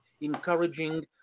encouraging